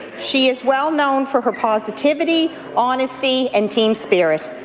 she is well-known for her positivity, honesty and team spirit.